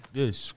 yes